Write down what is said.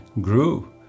grew